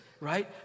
right